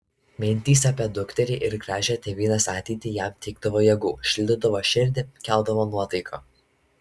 mintys apie dukterį ir gražią tėvynės ateitį jam teikdavo jėgų šildydavo širdį keldavo nuotaiką